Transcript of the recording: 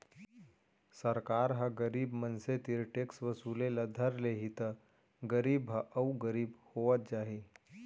सरकार ह गरीब मनसे तीर टेक्स वसूले ल धर लेहि त गरीब ह अउ गरीब होवत जाही